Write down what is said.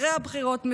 אחרי הבחירות,